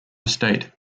estate